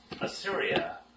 Assyria